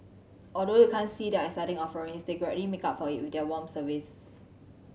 although you can't see their exciting offerings they gladly make up for it with their warm service